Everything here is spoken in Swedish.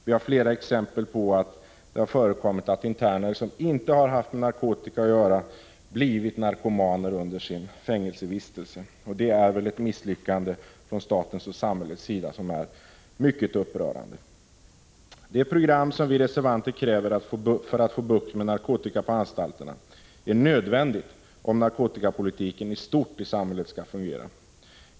Vi har flera exempel på att det förekommit att interner som inte har haft med narkotika att göra blivit narkomaner under sin fängelsevistelse. Det är ett misslyckande, från statens och samhällets sida, som är mycket upprörande. Det program som vi reservanter kräver för att få bukt med narkotika på anstalterna är nödvändigt om narkotikapolitiken i stort skall fungera.